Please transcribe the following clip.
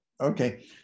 Okay